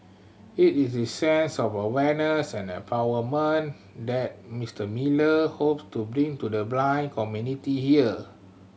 it is sense of awareness and empowerment that Mister Miller hopes to bring to the blind community here